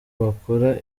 bakora